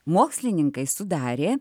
mokslininkai sudarė